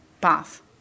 path